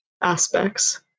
aspects